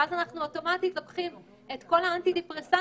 ואז אנחנו אוטומטית לוקחים את כל אנטידיפרסנטים